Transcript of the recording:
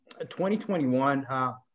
2021